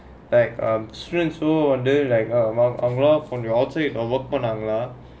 like um students வந்து வெளிய கொஞ்சம்:vanthu veliya konjam